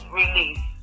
release